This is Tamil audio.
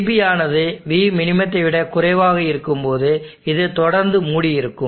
vB ஆனது vminத்தை விட குறைவாக இருக்கும்போது இது தொடர்ந்து மூடியிருக்கும்